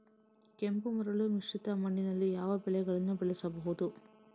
ಕೆಂಪು ಮರಳು ಮಿಶ್ರಿತ ಮಣ್ಣಿನಲ್ಲಿ ಯಾವ ಬೆಳೆಗಳನ್ನು ಬೆಳೆಸಬಹುದು?